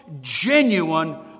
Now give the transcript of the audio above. genuine